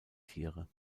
tiere